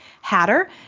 hatter